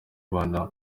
abana